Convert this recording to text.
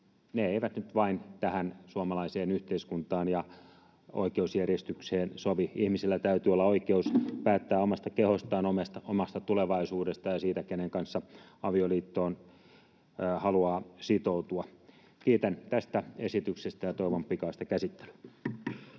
eivät nyt vain tähän suomalaiseen yhteiskuntaan ja oikeusjärjestykseen sovi. Ihmisillä täytyy olla oikeus päättää omasta kehostaan, omasta tulevaisuudestaan ja siitä, kenen kanssa avioliittoon haluaa sitoutua. Kiitän tästä esityksestä ja toivon pikaista käsittelyä.